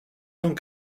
cent